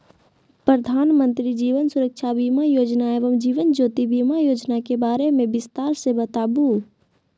प्रधान मंत्री जीवन सुरक्षा बीमा योजना एवं जीवन ज्योति बीमा योजना के बारे मे बिसतार से बताबू?